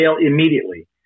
immediately